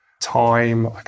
time